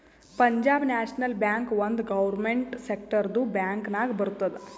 Punjab national bank ಒಂದ್ government ಸೆಕ್ಟರ್ದು bank ನಾಗ್ ಬರ್ತುದ್